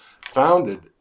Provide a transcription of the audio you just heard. founded